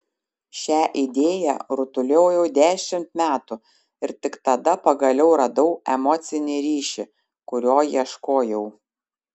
šią idėją rutuliojau dešimt metų ir tik tada pagaliau radau emocinį ryšį kurio ieškojau